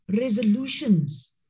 resolutions